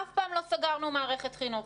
אף פעם לא סגרנו מערכת חינוך.